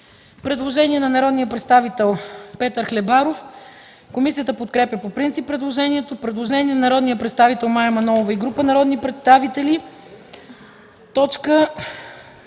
Предложение на народния представител Петър Хлебаров. Комисията подкрепя по принцип предложението. Предложение на народния представител Мая Манолова и група народни представители: